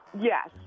yes